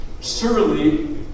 Surely